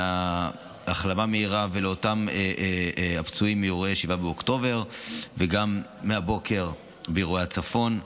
החלמה מהירה לאותם פצועים מאירועי 7 באוקטובר וגם מאירועי הבוקר בצפון,